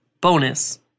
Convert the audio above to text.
bonus